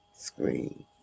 screen